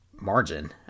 margin